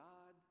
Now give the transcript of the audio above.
God